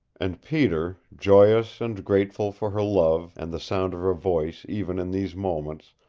and peter, joyous and grateful for her love and the sound of her voice even in these moments,